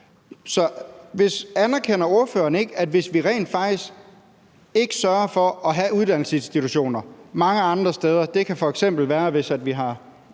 Så anerkender ordføreren ikke, at hvis vi rent faktisk ikke sørger for at have uddannelsesinstitutioner mange andre steder – der kan f.eks. være